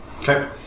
Okay